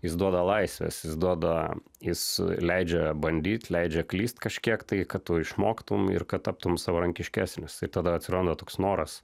jis duoda laisvės jis duoda jis leidžia bandyt leidžia klysti kažkiek tai kad tu išmoktum ir kad taptum savarankiškesnis ir tada atsiranda toks noras